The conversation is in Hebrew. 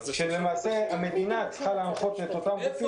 למעשה המדינה צריכה להנחות את אותם גופים איך